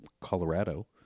Colorado